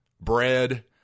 bread